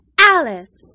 Alice